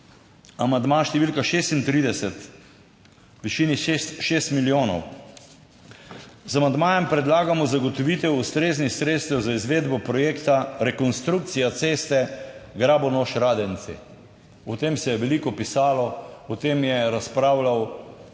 amandma številka 36 v višini 6 milijonov. Z amandmajem predlagamo zagotovitev ustreznih sredstev za izvedbo projekta rekonstrukcija ceste Grabonoš - Radenci. O tem se je veliko pisalo, o tem je razpravljal občinski